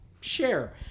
share